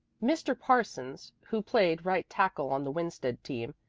mr. parsons, who played right tackle on the winsted team,